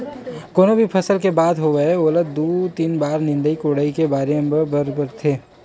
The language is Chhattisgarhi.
कोनो भी फसल के बात होवय ओला दू, तीन बार निंदई कोड़ई करे बर परथे